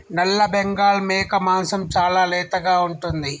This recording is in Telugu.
నల్లబెంగాల్ మేక మాంసం చాలా లేతగా ఉంటుంది